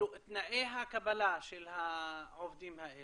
תנאי הקבלה של העובדים האלה.